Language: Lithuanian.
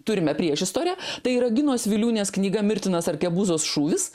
turime priešistorę tai yra ginos viliūnės knyga mirtinas arkebuzos šūvis